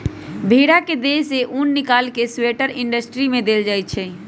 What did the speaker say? भेड़ा के देह से उन् निकाल कऽ स्वेटर इंडस्ट्री में देल जाइ छइ